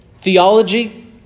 Theology